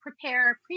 prepare